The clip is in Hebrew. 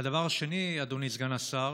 והדבר השני, אדוני סגן השר,